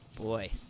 Boy